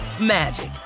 magic